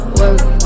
work